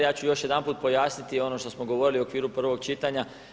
Ja ću još jedanput pojasniti ono što smo govorili u okviru prvog čitanja.